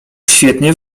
świetnie